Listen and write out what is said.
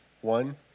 One